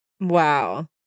Wow